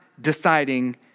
deciding